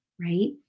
right